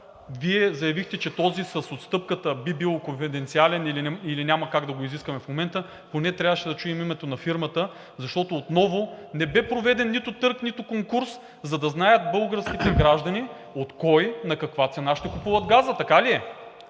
Вие заявихте, че този с отстъпката би бил конфиденциален или няма как да го изискаме в момента. Поне трябваше да чуем името на фирмата, защото отново не бе проведен нито търг, нито конкурс, за да знаят българските граждани от кого, на каква цена ще купуват газа. Така ли е?